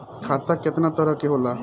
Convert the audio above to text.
खाता केतना तरह के होला?